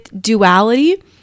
duality